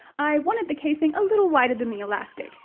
i wanted the casing a little wider than the elastic.